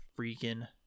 freaking